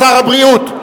שר הבריאות,